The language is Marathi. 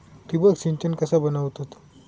ठिबक सिंचन कसा बनवतत?